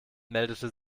meldete